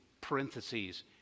parentheses